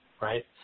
right